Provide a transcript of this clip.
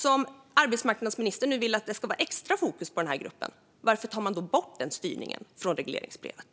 Om arbetsmarknadsministern nu vill att det ska vara extra fokus på den här gruppen, varför tar man då bort den styrningen från regleringsbrevet?